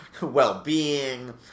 well-being